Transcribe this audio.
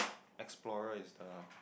explorer is a